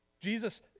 Jesus